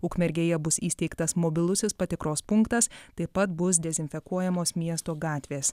ukmergėje bus įsteigtas mobilusis patikros punktas taip pat bus dezinfekuojamos miesto gatvės